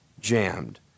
Jammed